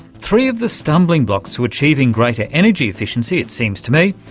three of the stumbling blocks to achieving greater energy efficiency, it seems to me,